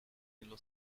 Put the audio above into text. nello